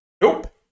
Nope